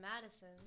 Madison